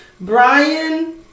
Brian